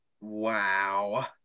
Wow